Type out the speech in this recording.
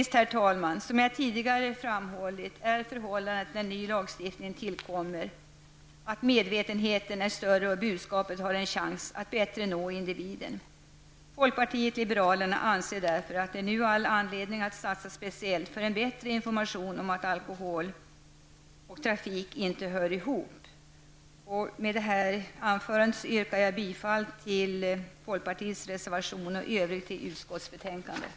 Som jag tidigare framhållit är förhållandet när ny lagstiftning tillkommer att medvetenheten är större och budskapet har en chans att bättre nå individen. Folkpartiet liberalerna anser därför att det nu är all anledning att satsa speciellt för en bättre information om att alkohol och trafik inte hör ihop. Jag yrkar bifall till folkpartiets reservation och i övrigt till hemställan i utskottsbetänkandet.